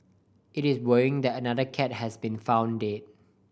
it is worrying that another cat has been found dead